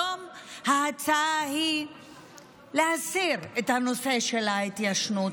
היום ההצעה היא להסיר את הנושא של ההתיישנות.